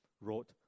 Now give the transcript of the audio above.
wrote